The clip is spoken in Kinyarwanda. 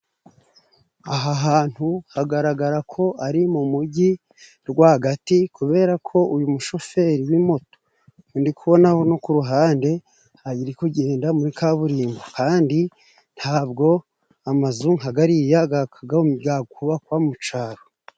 Aha hantu hagaragara ko ari mu mujyi rwagati, kubera ko uyu mushoferi w'imoto ndikubona buno ku ruhande ari kugenda muri kaburimbo kandi ntabwo amazu nka gariya gakubakwa mu caro.